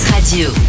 Radio